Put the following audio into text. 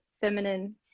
feminine